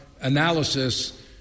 analysis